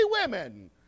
women